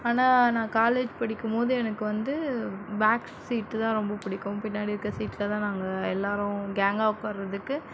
ஆனால் நான் காலேஜ் படிக்கும் போது எனக்கு வந்து பேக் சீட்டு தான் ரொம்ப பிடிக்கும் பின்னாடி இருக்கிற சீட்டில்தான் நாங்கள் எல்லாரும் கேங்காக உக்கார்றதுக்கு